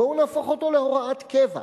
בואו נהפוך אותו להוראת קבע,